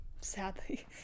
Sadly